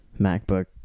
MacBook